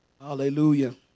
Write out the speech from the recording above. Hallelujah